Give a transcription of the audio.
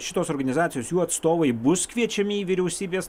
šitos organizacijos jų atstovai bus kviečiami į vyriausybės